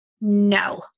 No